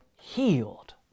healed